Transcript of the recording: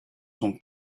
son